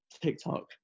TikTok